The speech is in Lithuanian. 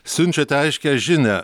siunčiate aiškią žinią